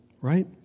right